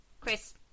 Chris